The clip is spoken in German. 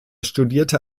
studierte